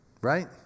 Right